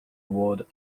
award